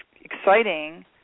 exciting